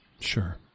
Sure